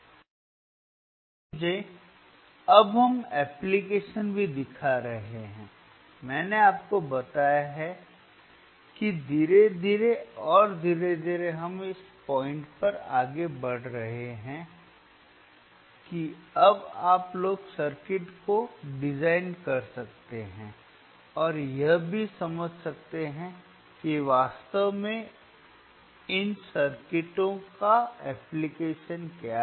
समझें अब हम एप्लिकेशन भी दिखा रहे हैं मैंने आपको बताया कि धीरे धीरे और धीरे धीरे हम इस पॉइंट पर आगे बढ़ रहे हैं कि अब आप लोग सर्किट को डिजाइन कर सकते हैं और यह भी समझ सकते हैं कि वास्तव में इन सर्किटों का एप्लीकेशन क्या है